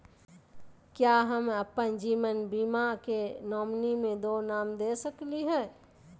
का हम अप्पन जीवन बीमा के नॉमिनी में दो नाम दे सकली हई?